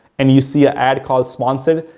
and you see an ad called sponsored,